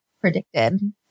predicted